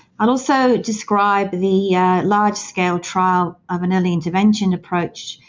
i'll also describe the large-scale trial of an early intervention approach,